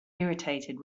irritated